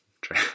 Try